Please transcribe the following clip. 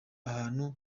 ahantu